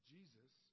Jesus